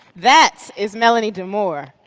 that is melanie demore.